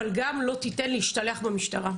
אבל גם לא תיתן להשתלח במשטרה.